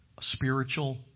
spiritual